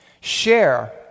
Share